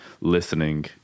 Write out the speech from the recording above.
listening